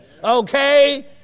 Okay